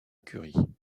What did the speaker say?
curie